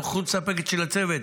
נוכחות מספקת של הצוות,